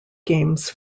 games